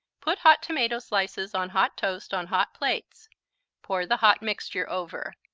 put hot tomato slices on hot toast on hot plates pour the hot mixture over.